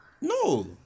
No